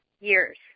years